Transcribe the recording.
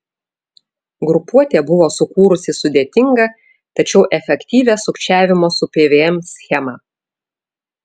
grupuotė buvo sukūrusi sudėtingą tačiau efektyvią sukčiavimo su pvm schemą